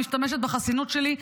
משתמשת בחסינות שלי,